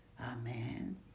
Amen